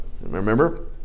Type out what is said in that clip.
remember